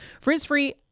Frizz-free